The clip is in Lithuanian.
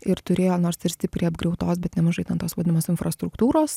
ir turėjo nors ir stipriai apgriautos bet nemažai ten tos vadinamos infrastruktūros